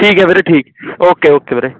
ਠੀਕ ਹੈ ਵੀਰੇ ਠੀਕ ਓਕੇ ਓਕੇ ਵੀਰੇ